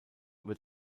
über